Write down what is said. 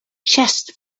chest